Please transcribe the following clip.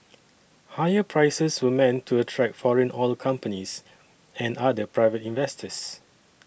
higher prices were meant to attract foreign oil companies and other private investors